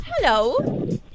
hello